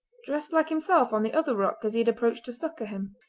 dressed like himself on the other rock as he had approached to succour him.